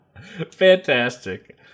Fantastic